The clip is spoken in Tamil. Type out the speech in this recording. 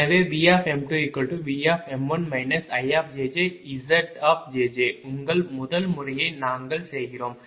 எனவே V V IZ உங்கள் முதல் முறையை நாங்கள் செய்கிறோம்